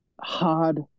Hard